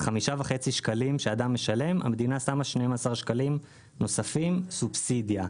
על 5.5 שקלים שאדם משלם המדינה שמה 12 שקלים נוספים סובסידיה.